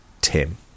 Tim